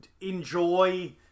enjoy